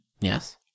Yes